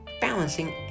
balancing